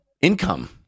income